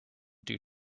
due